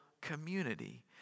community